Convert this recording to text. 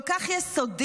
כל כך יסודי,